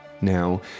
now